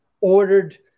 ordered